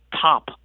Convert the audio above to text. top